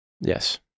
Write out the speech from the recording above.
Yes